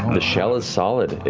the shell is solid.